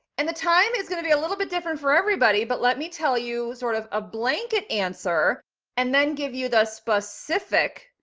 and the time is going to be a little bit different for everybody, but let me tell you sort of a blanket answer and then give you the specific,